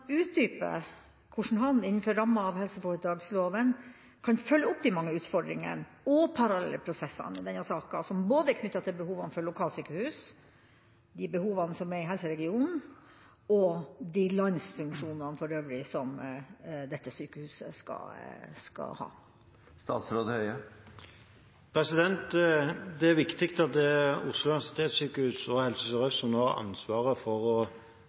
utdype hvordan han, innenfor rammene av helseforetaksloven, kan følge opp de mange utfordringene og parallelle prosessene i denne saken, knyttet til både behovene for lokalsykehus og behovene i helseregionen og for øvrig knyttet til de landsfunksjonene som dette sykehuset skal ha. Det er viktig at Oslo universitetssykehus og Helse Sør-Øst, som nå har ansvaret for å